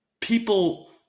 people